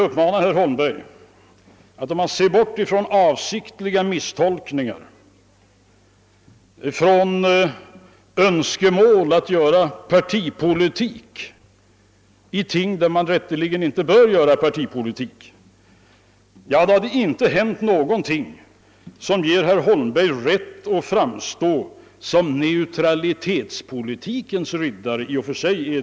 Om herr Holmberg ser bort från avsiktliga misstolkningar och önskemål att göra partipolitik av ting som man sannerligen inte bör göra partipolitik av, tror jag han finner att det inte har hänt någonting som ger honom rätt att framstå som neutralitetspolitikens riddare gentemot socialdemokratin.